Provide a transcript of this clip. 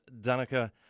danica